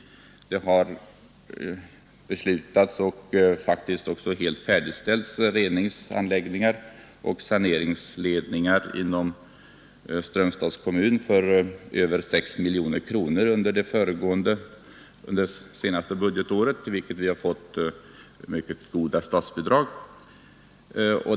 Reningsanläggningar har beslutats och faktiskt också färdigställts liksom även saneringsledningar inom Strömstads kommun för över 6 miljoner kronor under det senaste budgetåret, till vilket vi fått mycket goda statsbidrag.